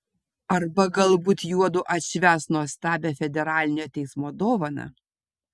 arba galbūt juodu atšvęs nuostabią federalinio teismo dovaną